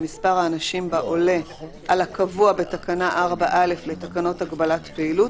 שמספר האנשים בה עולה על הקבוע בתקנה 4(א) לתקנות הגבלת פעילות,